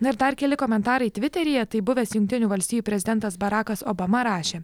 na ir dar keli komentarai tviteryje tai buvęs jungtinių valstijų prezidentas barakas obama rašė